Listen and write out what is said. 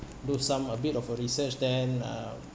do some a bit of a research then uh